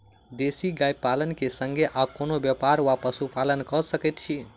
देसी गाय पालन केँ संगे आ कोनों व्यापार वा पशुपालन कऽ सकैत छी?